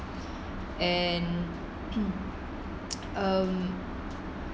and um